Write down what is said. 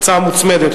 הצעה מוצמדת,